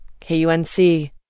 KUNC